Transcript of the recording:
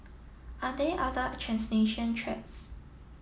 are there other trans nation threats